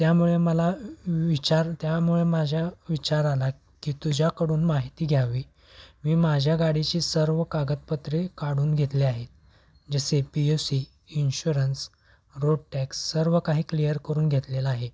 त्यामुळे मला विचार त्यामुळे माझ्या विचार आला की तुझ्याकडून माहिती घ्यावी मी माझ्या गाडीची सर्व कागदपत्रे काढून घेतले आहेत जसे P U C insurance road tax सर्व काही क्लिअर करून घेतलेलं आहे